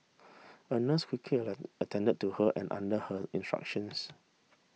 a nurse quickly attended to her and under her instructions